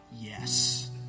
yes